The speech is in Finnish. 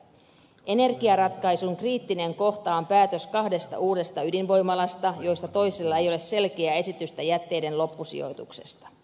energiaratkaisun kriittinen kohta on päätös kahdesta uudesta ydinvoimalasta joista toisella ei ole selkeää esitystä jätteiden loppusijoituksesta